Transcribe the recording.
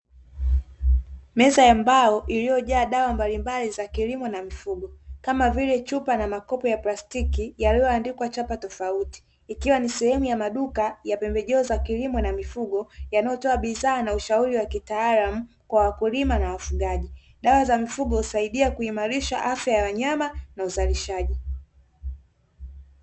Meza ya mbao iliyojaa dawa mbalimbali za kilimo na mifugo, kama vile chupa na makopo ya plastiki yaliyoandikwa chapa tofauti, ikiwa ni sehemu ya maduka ya pembejeo za kilimo na mifugo, yanayotoa bidhaa na ushauri wa kitaalamu kwa wakulima na wafugaji. Dawa za mifugo husaidia kuimarisha afya ya wanyama na uzalishaji.